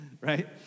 Right